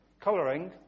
colouring